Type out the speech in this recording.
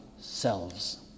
selves